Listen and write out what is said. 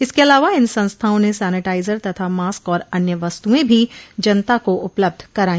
इसके अलावा इन संस्थाओं ने सैनिटाइजर तथा मास्क और अन्य वस्तुएं भी जनता को उपलब्ध कराई